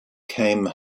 came